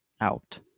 out